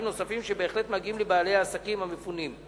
נוספים שבהחלט מגיעים לבעלי העסקים המפונים.